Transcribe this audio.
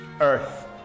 earth